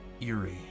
eerie